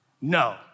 No